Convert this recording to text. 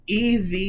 EV